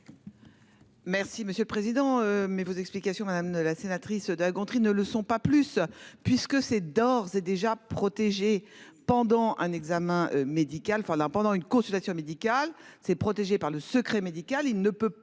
Merci monsieur le président. Mais vos explications, madame la sénatrice de La Gontrie, ne le sont pas plus puisque c'est d'ores et déjà protégés pendant un examen médical pendant pendant une consultation médicale ses protégés par le secret médical,